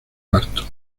parto